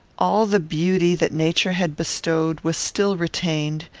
all the beauty that nature had bestowed was still retained,